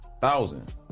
Thousand